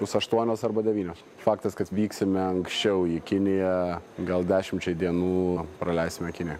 bus aštuonios arba devynios faktas kad vyksime anksčiau į kiniją gal dešimčiai dienų praleisime kinijoj